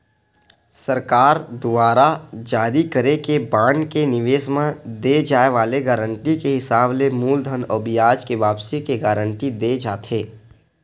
सरकार दुवार जारी करे के बांड के निवेस म दे जाय वाले गारंटी के हिसाब ले मूलधन अउ बियाज के वापसी के गांरटी देय जाथे